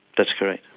that's correct.